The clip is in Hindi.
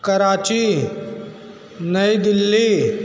कराची नई दिल्ली